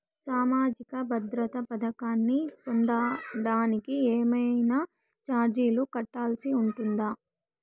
సామాజిక భద్రత పథకాన్ని పొందడానికి ఏవైనా చార్జీలు కట్టాల్సి ఉంటుందా?